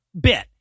bit